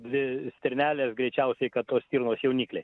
dvi stirnelės greičiausiai kad tos stirnos jaunikliai